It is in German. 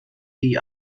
die